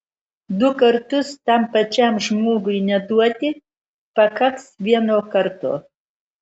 du kartus tam pačiam žmogui neduoti pakaks vieno karto